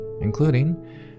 including